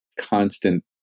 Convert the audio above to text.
constant